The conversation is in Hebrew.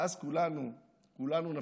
ואז כולנו, כולנו נפסיד,